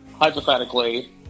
Hypothetically